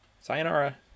Sayonara